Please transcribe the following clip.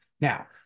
Now